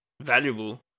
valuable